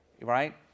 Right